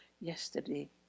yesterday